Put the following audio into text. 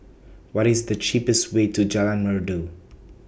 What IS The cheapest Way to Jalan Merdu